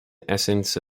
essence